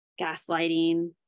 Gaslighting